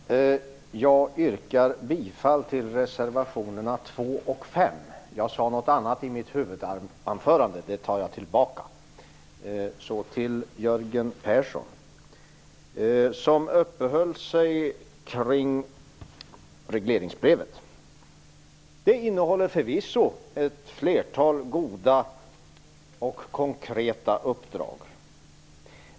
Fru talman! Jag yrkar bifall till reservationerna 2 och 5. Jag sade något annat i mitt huvudanförande. Det tar jag tillbaka. Så till Jörgen Persson. Han uppehöll sig kring regleringsbrevet. Det innehåller förvisso ett flertal goda och konkreta uppdrag.